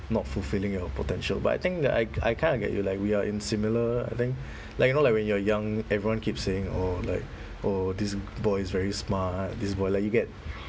not fulfilling your potential but I think that I I kind of get you like we are in similar I think like you know like when you're young everyone keep saying oh like oh this boy is very smart this boy like you get